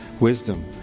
wisdom